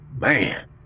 Man